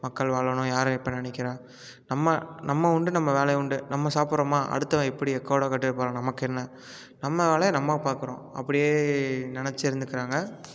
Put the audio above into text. மக்கள் வாழணும் யார் இப்போ நினைக்கிறா நம்ம நம்ம உண்டு நம்ம வேலை உண்டு நம்ம சாப்பிட்றோமா அடுத்தவன் எப்படி எக்கோடோ கெட்டு போனால் நமக்கு என்ன நம்ம வேலையை நம்ம பார்க்குறோம் அப்படியே நினச்சி இருந்துக்குறாங்க